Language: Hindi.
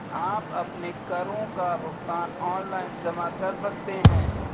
आप अपने करों का भुगतान ऑनलाइन जमा कर सकते हैं